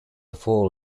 fall